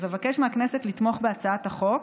אז אבקש מהכנסת לתמוך בהצעת החוק.